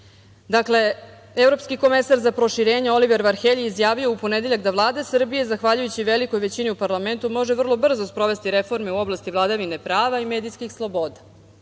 demokratije. Evropski komesar za proširenje Oliver Varhelji izjavio je u ponedeljak da Vlada Srbije zahvaljujući velikoj većini u parlamentu može vrlo brzo sprovesti reforme u oblasti vladavine prava i medijskih sloboda.